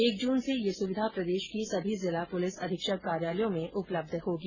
एक जून से यह सुविधा प्रदेश के सभी जिला पुलिस अधीक्षक कार्यालयों में उपलब्ध होगी